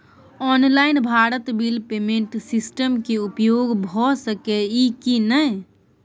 Online Bharat bill payment system के उपयोग भ सके इ की नय?